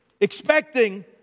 expecting